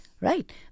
Right